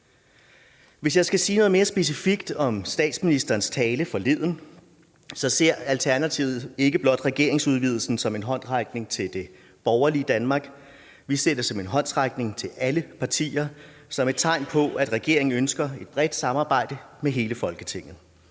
Hvis jeg skal sige noget mere specifikt om statsministerens tale forleden, så ser Alternativet ikke blot regeringsudvidelsen som en håndsrækning til det borgerlige Danmark, vi ser den som en håndsrækning til alle partier som et tegn på, at regeringen ønsker et bredt samarbejde med hele Folketinget.